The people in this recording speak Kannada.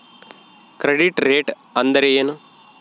ಕ್ರೆಡಿಟ್ ರೇಟ್ ಅಂದರೆ ಏನು?